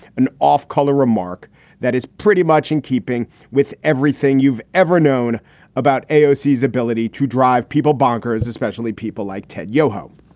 an off color remark that is pretty much in keeping with everything you've ever known about aosis ability to drive people bonkers, especially people like ted yoho.